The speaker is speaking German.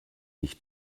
nicht